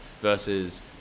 versus